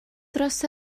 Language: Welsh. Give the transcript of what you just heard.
dros